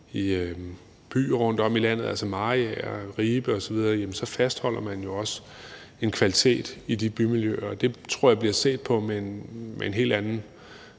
byer rundtom i landet som Mariager og Ribe osv. fastholder man jo også en kvalitet i de bymiljøer, og det tror jeg bliver set på med en helt anden